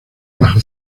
bajo